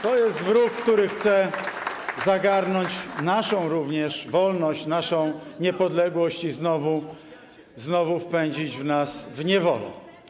To jest wróg, który chce zagarnąć naszą również wolność, naszą niepodległość i znowu wpędzić nas w niewolę.